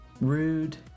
rude